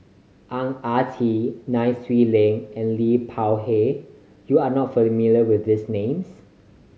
Ang Ah Tee Nai Swee Leng and Liu Peihe you are not familiar with these names